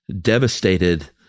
devastated